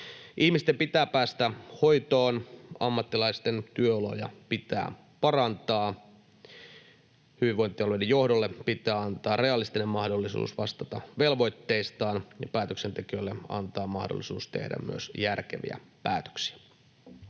Ihmisten pitää päästä hoitoon, ammattilaisten työoloja pitää parantaa, hyvinvointialueiden johdolle pitää antaa realistinen mahdollisuus vastata velvoitteistaan ja päätöksentekijöille antaa mahdollisuus tehdä myös järkeviä päätöksiä.